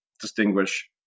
distinguish